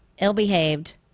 ill-behaved